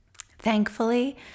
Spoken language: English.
thankfully